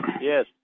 Yes